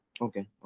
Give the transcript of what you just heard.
Okay